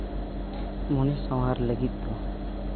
ᱢᱚᱱᱮ ᱥᱟᱶᱟᱨ ᱞᱟᱹᱜᱤᱫ ᱫᱚ